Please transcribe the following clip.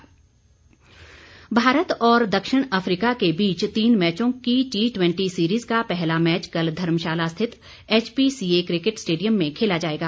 cricket Bharat और दक्षिण Africa के बीच तीन मैचों की टी ट़वेंटी सीरीज का पहला मैच कल धर्मशाला स्थित एचपीसीए क्रिकेट स्टेडियम में खेला जाएगा